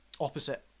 opposite